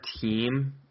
team